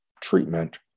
treatment